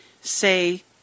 say